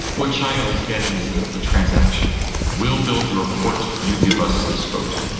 what china is getting is a ah transaction we'll build your port, you give us this vote.